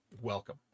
welcome